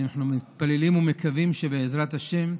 אנחנו מתפללים ומקווים שבעזרת השם,